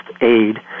aid